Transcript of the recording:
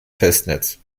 festnetz